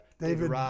David